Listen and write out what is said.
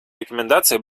рекомендации